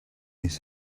his